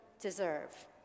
deserve